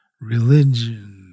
religion